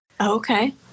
Okay